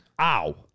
ow